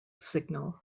signal